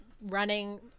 running